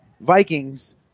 Vikings